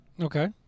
Okay